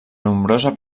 nombrosa